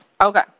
Okay